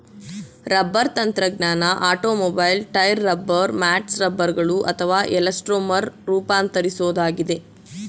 rubber ತಂತ್ರಜ್ಞಾನ automobile tyre rubber mats ರಬ್ಬರ್ಗಳು ಅಥವಾ ಎಲಾಸ್ಟೊಮರ್ ರೂಪಾಂತರಿಸೋದಾಗಿದೆ